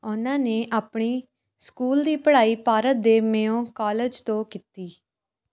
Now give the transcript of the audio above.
ਉਨ੍ਹਾਂ ਨੇ ਆਪਣੀ ਸਕੂਲ ਦੀ ਪੜ੍ਹਾਈ ਭਾਰਤ ਦੇ ਮੇਯੋ ਕਾਲਜ ਤੋਂ ਕੀਤੀ